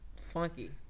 funky